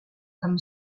comme